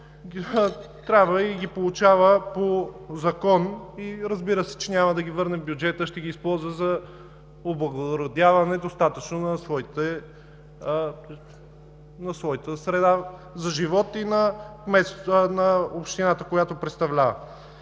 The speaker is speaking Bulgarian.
трябва и ги получава по закон. Разбира се, няма да ги върне в бюджета, а ще ги използва за облагородяване на своята среда за живот и на общината, която представлява.